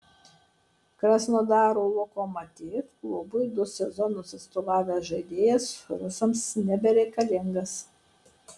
krasnodaro lokomotiv klubui du sezonus atstovavęs žaidėjas rusams nebereikalingas